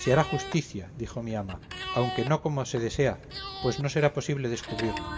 se hará justicia dijo mi ama aunque no como se desea pues no será posible descubrirlo